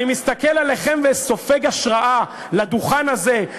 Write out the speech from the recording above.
אני מסתכל עליכם וסופג השראה לדוכן הזה,